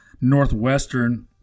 Northwestern